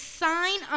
sign